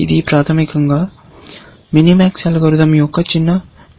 ఇది ప్రాథమికంగా minimax algorithm యొక్క చిన్న వైవిధ్యం